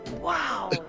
Wow